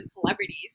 celebrities